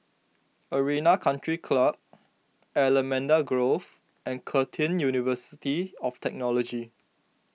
Arena Country Club Allamanda Grove and Curtin University of Technology